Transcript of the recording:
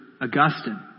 Augustine